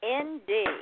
Indeed